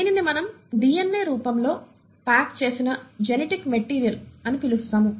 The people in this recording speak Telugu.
దీనిని మనం DNA రూపంలో ప్యాక్ చేసిన జెనెటిక్ మెటీరియల్ అని పిలుస్తాము